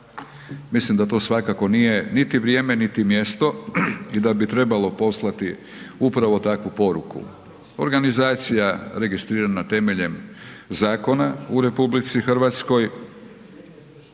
Mislim da to svakako nije niti vrijeme niti mjesto i da bi trebalo poslati upravo takvu poruku. Organizacija registrirana temeljem zakona u RH gdje vrlo